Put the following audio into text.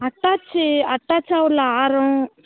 attach attach ஆகல ஆரம்